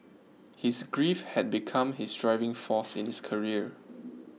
his grief had become his driving force in his career